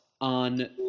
on